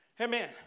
Amen